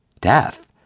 Death